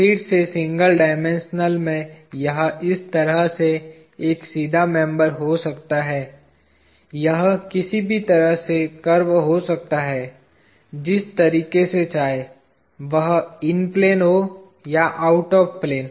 फिर से single dimensional में यह इस तरह से एक सीधा मेंबर हो सकता है यह किसी भी तरह से कर्व हो सकता है जिस तरीके से चाहे वह इन प्लेन हो या आउटऑफ़ प्लेन